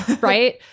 Right